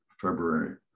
february